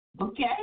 Okay